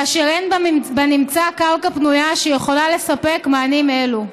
כאשר אין בנמצא קרקע פנויה שיכולה לספק מענים אלו.